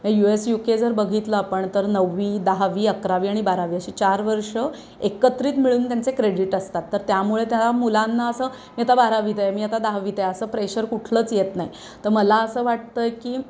you S U K जर बघितलं आपण तर नववी दहावी अकरावी आणि बारावी अशी चार वर्षं एकत्रित मिळून त्यांचे क्रेडिट असतात तर त्यामुळे त्या मुलांना असं मी आता बारावीत आहे मी आता दहावीत आहे असं प्रेशर कुठलंच येत नाही तर मला असं वाटतं आहे की